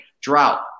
drought